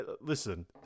Listen